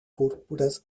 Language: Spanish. púrpuras